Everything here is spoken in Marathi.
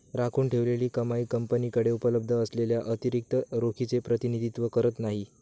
राखून ठेवलेली कमाई कंपनीकडे उपलब्ध असलेल्या अतिरिक्त रोखीचे प्रतिनिधित्व करत नाही